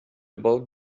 about